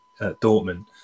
Dortmund